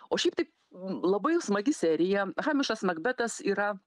o šiaip tai labai smagi serija hamišas makbetas yra